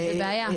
זו בעיה.